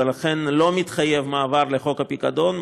ולכן לא מתחייב מעבר לחוק הפיקדון,